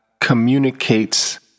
communicates